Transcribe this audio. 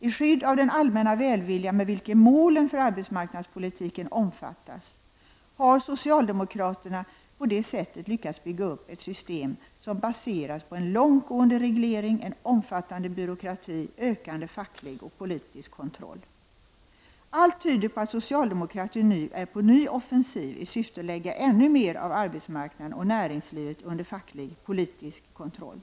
I skydd av den allmänna välvilja med vilken målen för arbetsmarknadspolitiken omfattas, har socialdemokraterna på det sättet lyckats bygga upp ett system som baseras på en långtgående reglering, en omfattande byråkrati och ökande facklig och politisk kontroll. Allt tyder på att socialdemokratin är på ny offensiv i syfte att lägga ännu mer av arbetsmarknaden och näringslivet under facklig och politisk kontroll.